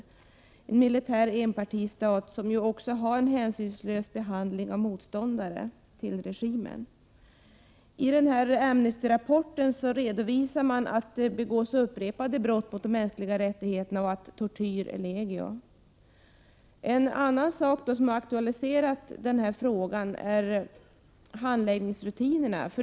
Det är en militär enpartistat, som utsätter motståndare till regimen för en hänsynslös behandling. I Amnestyrapporten redovisas att det begås upprepade brott mot de mänskliga rättigheterna och att de torterade är legio. En annan sak som har aktualiserat min fråga är handläggningsrutinerna.